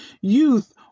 Youth